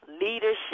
Leadership